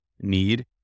need